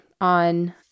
on